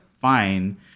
fine